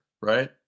right